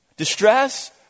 Distress